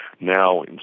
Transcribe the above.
now